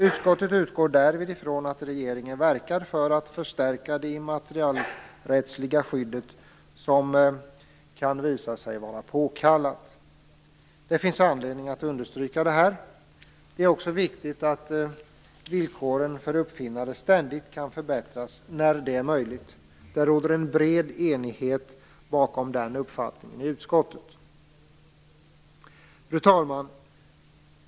Utskottet utgår därvid ifrån att regeringen verkar för att förstärka det immaterialrättsliga skyddet, som kan visa sig vara påkallat. Det finns anledning att understryka detta. Det är också viktigt att villkoren för uppfinnare ständigt kan förbättras där det är möjligt. Det råder en bred enighet om den uppfattningen i utskottet. Fru talman!